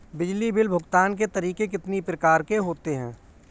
बिजली बिल भुगतान के तरीके कितनी प्रकार के होते हैं?